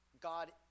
God